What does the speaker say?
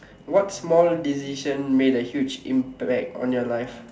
what small decision made a huge impact on your life